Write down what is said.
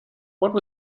what